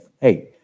hey